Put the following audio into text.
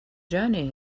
journey